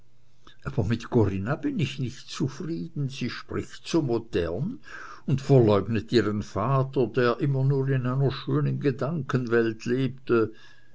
aber mit corinna bin ich nicht zufrieden sie spricht so modern und verleugnet ihren vater der immer nur in einer schönen gedankenwelt lebte